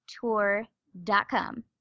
tour.com